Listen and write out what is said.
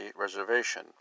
Reservation